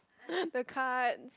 the cards